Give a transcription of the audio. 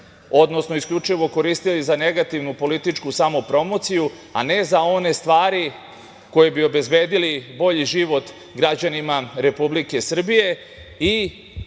odnosno isključivo koristili za negativnu političku samopromociju, a ne za one stari koje bi obezbedile bolji život građanima Republike Srbije i